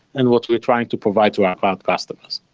and what we're trying to provide to our customers.